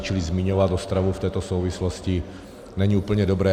Čili zmiňovat Ostravu v této souvislosti není úplně dobré.